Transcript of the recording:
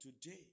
today